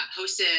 hosted